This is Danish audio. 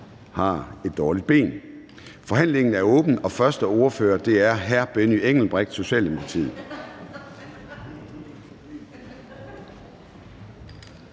har et dårligt ben. Forhandlingen er åbnet, og første ordfører er hr. Benny Engelbrecht, Socialdemokratiet.